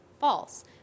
false